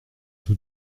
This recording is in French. tout